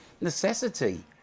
necessity